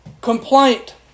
complaint